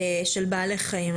של בעלי חיים.